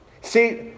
See